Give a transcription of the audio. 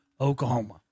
Oklahoma